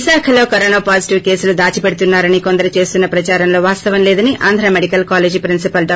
విశాఖలో corona positive కేసులు దాచిపెడుతున్నా రని కొందరు చేస్తున్న ప్రదారంలో వాస్తవం లేదని ఆంధ్ర మెడికల్ కాలేజి ప్రిన్సిపల్ డా